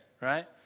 right